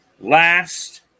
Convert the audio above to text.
Last